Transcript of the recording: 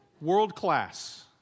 world-class